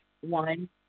one